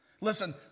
Listen